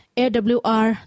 awr